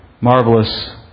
marvelous